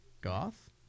Goth